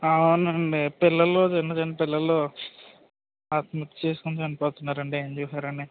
అవునునండి పిల్లలు చిన్న చిన్న పిల్లలు ఆత్మహత్య చేసుకుని చనిపోతున్నారు అండి ఏం చేసారని